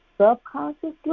subconsciously